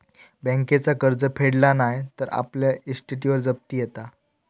बँकेचा कर्ज फेडला नाय तर आपल्या इस्टेटीवर जप्ती येता